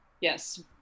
yes